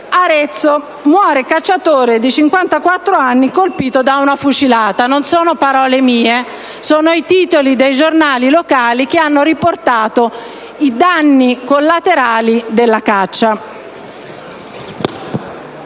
«Arezzo - Muore cacciatore di 54 anni colpito da una fucilata». Non sono parole mie: sono i titoli dei giornali locali che hanno riportato i danni collaterali della caccia.